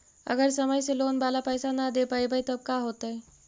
अगर समय से लोन बाला पैसा न दे पईबै तब का होतै?